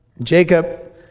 Jacob